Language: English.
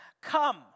Come